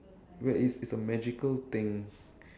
wait is is a magical thing